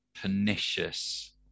pernicious